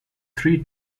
three